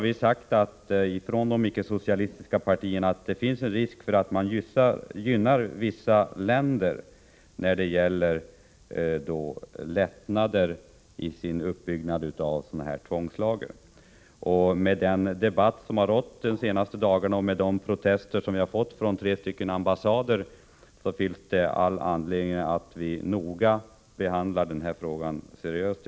Vi från de icke-socialistiska partierna har sagt att det finns risk för att vissa länder gynnas när vi genomför lättnader i kravet på att bygga upp tvångslager. Med den debatt som har förts de senaste dagarna och med tanke på de protester som vi har fått från tre ambassader, finns det all anledning att behandla denna fråga mycket seriöst.